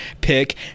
pick